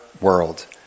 world